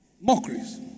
mockeries